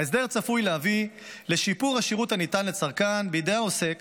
ההסדר צפוי להביא לשיפור השירות הניתן לצרכן בידי העוסק